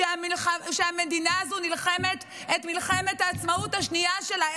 כשהמדינה הזו נלחמת את מלחמת העצמאות השנייה שלה?